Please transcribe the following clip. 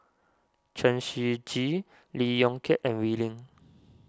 Chen Shiji Lee Yong Kiat and Wee Lin